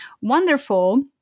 Wonderful